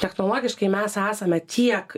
technologiškai mes esame tiek